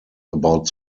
about